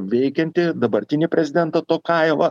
veikiantį dabartinį prezidentą tokajevą